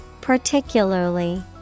Particularly